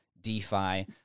DeFi